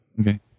Okay